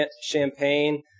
champagne